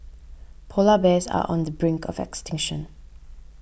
Polar Bears are on the brink of extinction